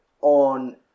on